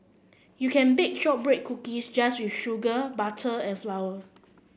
you can bake shortbread cookies just with sugar butter and flour